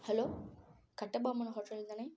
hello Kattabomman hotel தானே